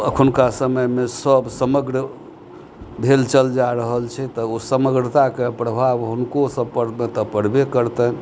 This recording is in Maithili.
अखुनका समयमे सब समग्र भेल चल जा रहल छै तऽ ओ समग्रताके प्रभाव हुनको सभ पर तऽ पड़बे करतनि